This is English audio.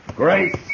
Grace